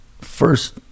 First